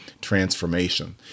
transformation